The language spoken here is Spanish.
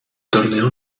torneo